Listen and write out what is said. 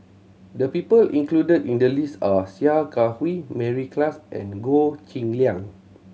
the people included in the list are Sia Kah Hui Mary Klass and Goh Cheng Liang